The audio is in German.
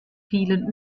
vielen